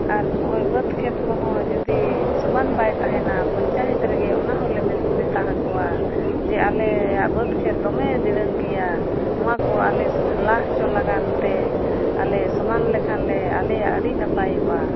ᱟᱨ ᱱᱚᱜᱼᱚᱸᱭ ᱵᱟᱹᱫᱽ ᱠᱷᱮᱛ ᱠᱚᱦᱚᱸ ᱡᱩᱫᱤ ᱥᱚᱢᱟᱱ ᱵᱟᱭ ᱛᱟᱦᱮᱱᱟ ᱯᱚᱧᱪᱟᱭᱮᱛ ᱨᱮᱜᱮ ᱚᱱᱟ ᱦᱚᱸᱞᱮ ᱢᱮᱛᱟ ᱦᱟᱠᱚᱣᱟ ᱡᱮ ᱟᱞᱮᱭᱟᱜ ᱵᱟᱹᱫᱽ ᱠᱷᱮᱛ ᱫᱚᱢᱮ ᱫᱤᱲᱟᱹᱝ ᱜᱮᱭᱟ ᱱᱚᱣᱟ ᱟᱞᱮ ᱞᱟ ᱦᱚᱪᱚ ᱞᱟᱜᱟᱱ ᱛᱮ ᱟᱞᱮ ᱥᱚᱢᱟ ᱞᱮᱠᱷᱟᱱ ᱞᱮ ᱟᱞᱮᱭᱟᱜ ᱟᱹᱰᱤ ᱱᱟᱯᱟᱭᱚᱜᱼᱟ